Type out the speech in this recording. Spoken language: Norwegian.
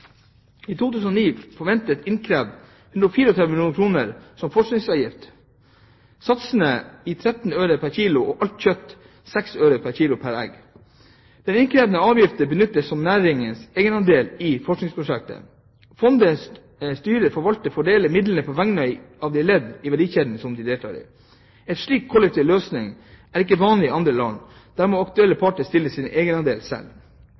I 2009 er det forventet innkrevd 134 mill. kr som forskningsavgift. Satsene er 13 øre pr. kg for alt kjøtt og 6 øre pr. kg for egg. Den innkrevde avgiften benyttes som næringens egenandel i forskningsprosjekter. Fondets styre forvalter og fordeler midlene på vegne av de ledd i verdikjeden som deltar. En slik kollektiv løsning er ikke vanlig i andre land. Der må aktuelle parter stille med egenandel selv.